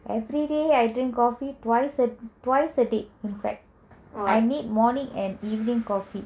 everyday I drink coffee twice a twice a day in fact I need morning and evening coffee